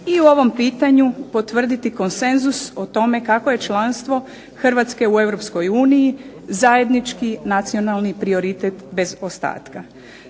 i u ovom pitanju potvrditi konsenzus o tome kako je članstvo Hrvatske u Europskoj uniji zajednički nacionalni prioritet bez ostatka.